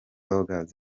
ruggles